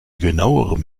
genauerem